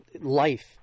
life